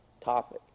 topic